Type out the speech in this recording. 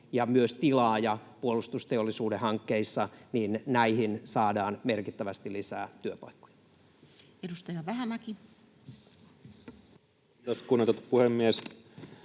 ja myös tilaaja puolustusteollisuuden hankkeissa, näihin saadaan merkittävästi lisää työpaikkoja. [Speech 19] Speaker: Toinen varapuhemies